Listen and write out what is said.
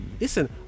Listen